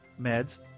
Meds